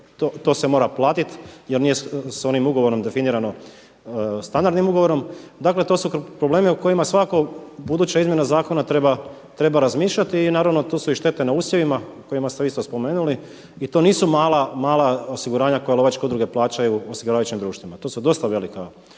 to se mora platiti jer nije s onim ugovorom definirano standardnim ugovorom, dakle to su problemi o kojima svaka buduća izmjena zakona treba razmišljati i naravno tu su štete na usjevima, koje ste vi isto spomenuli. I to nisu mala osiguranja koja lovačke udruge plaćaju osiguravajućim društvima. To su dosta velike